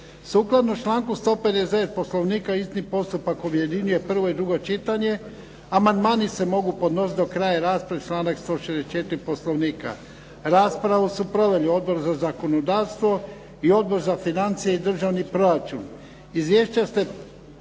Sukladno članku 159. Poslovnika hitni postupak objedinjuje prvo i drugo čitanje. Amandmani se mogu podnositi do kraja rasprave, članak 164. Poslovnika. Raspravu su proveli Odbor za zakonodavstvo i Odbor za financije i državni proračun. Izvješća ste